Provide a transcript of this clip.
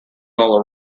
all